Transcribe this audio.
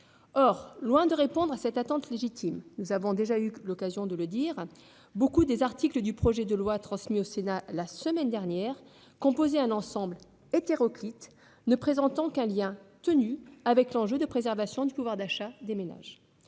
Or, loin d'y répondre, nombre d'articles du projet de loi transmis au Sénat la semaine dernière formaient un ensemble hétéroclite, ne présentant qu'un lien ténu avec l'enjeu de préservation du pouvoir d'achat des ménages.